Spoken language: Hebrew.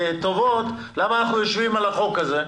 טובות למה אנחנו דנים על הצעת החוק הזאת,